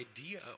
idea